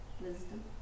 Wisdom